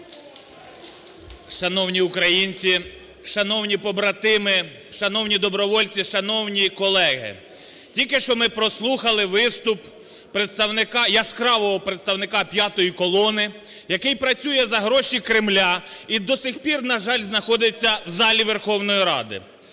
Шановні українці, шановні побратими, шановні добровольці, шановні колеги! Тільки що ми прослухали виступ представника, яскравого представника п'ятої колони, який працює за гроші Кремля і до сих пір, на жаль, знаходиться в залі Верховної Ради.